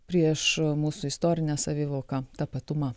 prieš mūsų istorinę savivoką tapatumą